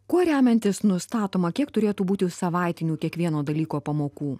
kuo remiantis nustatoma kiek turėtų būti savaitinių kiekvieno dalyko pamokų